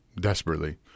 desperately